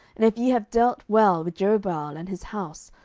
and if ye have dealt well with jerubbaal and his house,